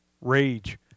Rage